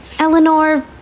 Eleanor